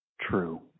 true